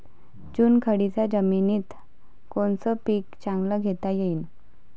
चुनखडीच्या जमीनीत कोनतं पीक चांगलं घेता येईन?